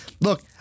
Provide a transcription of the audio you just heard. look